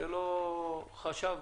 שלא חושב